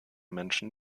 menschen